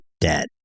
debt